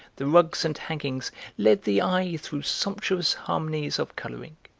the rugs and hangings led the eye through sumptuous harmonies of colouring.